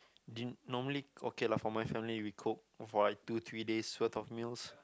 din~ normally okay lah for my family we cook for like two three days worth of meals